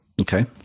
Okay